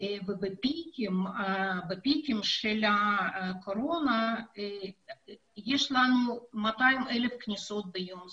ובפיקים של הקורונה יש לנו 200,000 כניסות ביום,